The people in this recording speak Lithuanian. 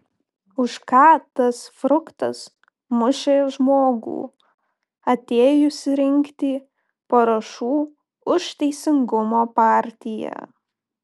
už ką tas fruktas mušė žmogų atėjusį rinkti parašų už teisingumo partiją